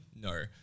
No